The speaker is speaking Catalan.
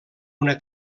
una